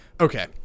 Okay